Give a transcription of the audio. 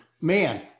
man